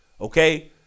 Okay